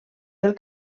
del